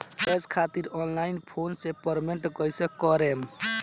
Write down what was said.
Gas खातिर online phone से payment कैसे करेम?